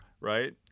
Right